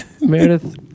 Meredith